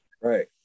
Right